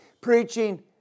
Preaching